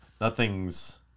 Nothing's